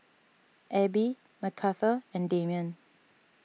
Ebbie Macarthur and Damion